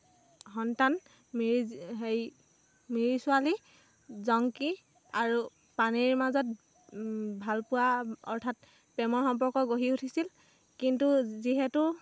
সন্তান মিৰি হেৰি মিৰি ছোৱালী জঙ্কি আৰু পানেইৰ মাজত ভালপোৱা অৰ্থাৎ প্ৰেমৰ সম্পৰ্ক গঢ়ি উঠিছিল কিন্তু যিহেতু